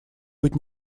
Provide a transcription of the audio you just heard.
быть